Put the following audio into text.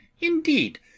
indeed